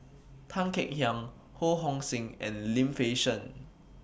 Tan Kek Hiang Ho Hong Sing and Lim Fei Shen